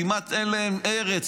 כמעט אין להם ארץ,